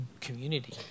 community